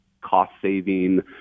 cost-saving